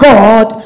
God